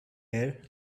air